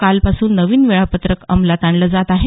काल पासून नवीन वेळापत्रक अंमलात आणलं जात आहे